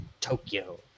Tokyo